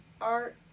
art